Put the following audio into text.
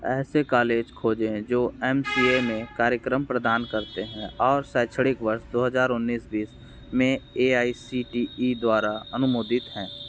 ऐसे कॉलेज खोजें जो एम सी ए में कार्यक्रम प्रदान करते हैं और शैक्षणिक वर्ष दो हजार उन्नीस बीस में A I C T E द्वारा अनुमोदित हैं